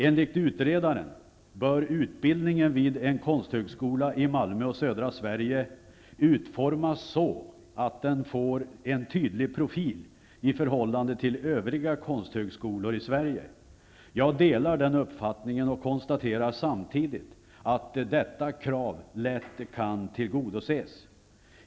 Enligt utredaren bör utbildningen vid en konsthögskola i Malmö och södra Sverige utformas så att den får en tydlig profil i förhållande till övriga konsthögskolor i Sverige. Jag delar den uppfattningen och konstaterar samtidigt att detta krav är lätt att tillgodose.